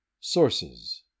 Sources